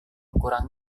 kurang